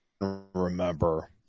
remember